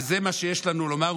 וזה מה שיש לנו לומר,